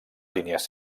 línies